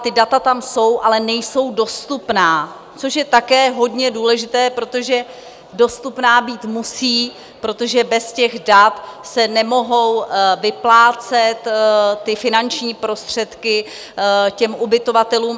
Ta data tam jsou, ale nejsou dostupná, což je také hodně důležité, protože dostupná být musí, protože bez těch dat se nemohou vyplácet finanční prostředky ubytovatelům.